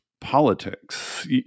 Politics